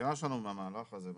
המסקנה שלנו מהמערך הזה,